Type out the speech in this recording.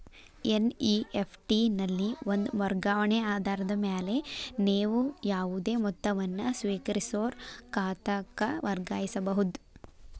NEFT ನಲ್ಲಿ ಒಂದ ವರ್ಗಾವಣೆ ಆಧಾರದ ಮ್ಯಾಲೆ ನೇವು ಯಾವುದೇ ಮೊತ್ತವನ್ನ ಸ್ವೇಕರಿಸೋರ್ ಖಾತಾಕ್ಕ ವರ್ಗಾಯಿಸಬಹುದ್